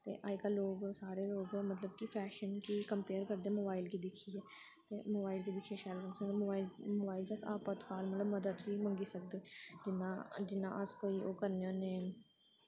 ते अज्ज कल लोक सारे लोक मतलब कि फैशन गी कंपेयर करदे मोबाइल गी दिक्खियै ते मोबाइल दे पिच्छें शैल मोबाइल मोबाइल च अपातकाल मतलब मोबाइल च मदद बी मंगी सकदे जियां जियां अस कोई ओह् करने होन्ने